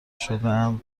شدهاند